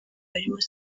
barimo